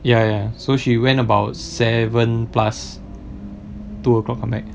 ya ya so she went about seven plus two o'clock come back